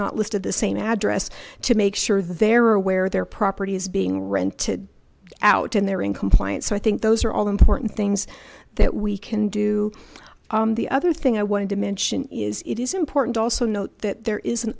not listed the same address to make sure they're aware their property is being rented out and they're in compliance so i think those are all important things that we can do the other thing i wanted to mention is it is important to also note that there is an